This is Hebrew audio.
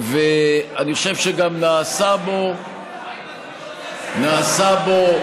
אני חושב שגם נעשתה בו, מה עם הדיון, נעשתה בו,